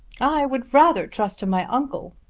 i would rather trust to my uncle.